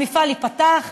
המפעל ייפתח,